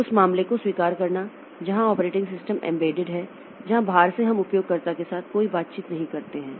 उस मामले को स्वीकार करना जहां ऑपरेटिंग सिस्टम एम्बेडेड है जहां बाहर से हम उपयोगकर्ता के साथ कोई बातचीत नहीं करते हैं